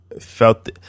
felt